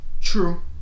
True